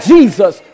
Jesus